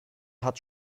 hat